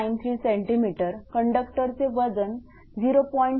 93 cm कंडक्टरचे वजन 0